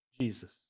Jesus